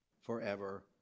forever